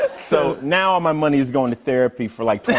so, now all my money's going to therapy for like